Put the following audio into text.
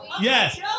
Yes